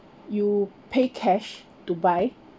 you pay cash to buy